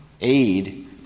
aid